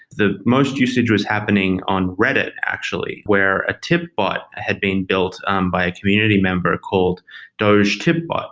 the most usage was happening on reddit actually, where a tipbot but had been built um by a community member called doge tipbot.